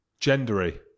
Gendery